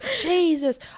Jesus